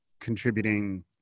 contributing